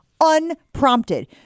unprompted